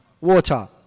water